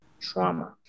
trauma